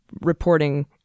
reporting